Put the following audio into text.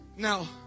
Now